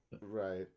right